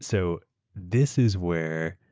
so this is where,